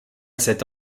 cet